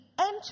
enter